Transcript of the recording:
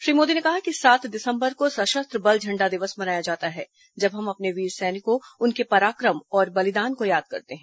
श्री मोदी ने कहा कि सात दिसम्बर को सशस्त्र बल झण्डा दिवस मनाया जाता है जब हम अपने वीर सैनिकों उनके पराक्रम और बलिदान को याद करते हैं